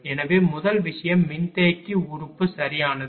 எனவே முதல் விஷயம் மின்தேக்கி உறுப்பு சரியானது